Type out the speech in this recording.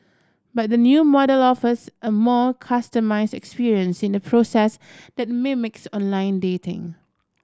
but the new model offers a more customised experience in a process that mimics online dating